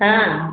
हाँ